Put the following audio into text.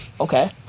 Okay